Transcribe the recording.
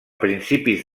principis